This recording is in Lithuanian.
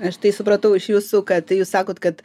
aš tai supratau iš jūsų kad jūs sakot kad